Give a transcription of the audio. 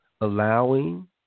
allowing